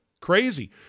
crazy